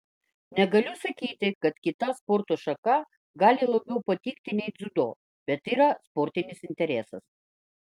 negaliu sakyti kad kita sporto šaka gali labiau patikti nei dziudo bet yra sportinis interesas